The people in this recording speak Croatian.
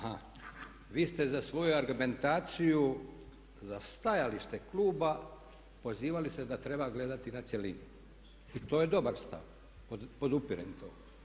Aha, vi ste za svoju argumentaciju za stajalište kluba pozivali se da treba gledati na cjelinu i to je dobar stav, podupirem to.